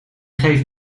geeft